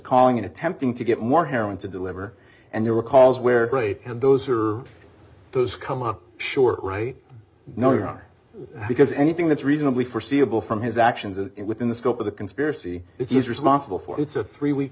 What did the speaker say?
calling in attempting to get more heroin to deliver and there were calls where great and those are those come up short right no not because anything that's reasonably foreseeable from his actions is it within the scope of the conspiracy if he is responsible for it's a three week